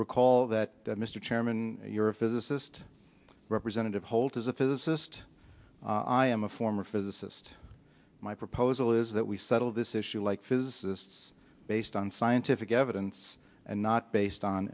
recall that mr chairman you're a physicist representative holt is a physicist i am a former physicist my proposal is that we settle this issue like physicists based on scientific evidence and not based on